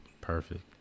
Perfect